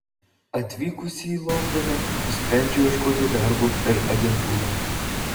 atvykusi į londoną nusprendžiau ieškoti darbo per agentūrą